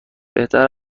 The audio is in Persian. بهتر